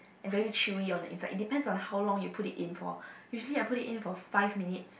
and very chewy on the inside it depends on how long you put it in for usually I put it in for five minutes